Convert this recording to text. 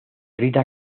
rita